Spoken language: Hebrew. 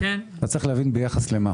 צריך להבין ביחס למה.